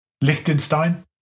Liechtenstein